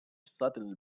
suddenly